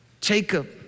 Jacob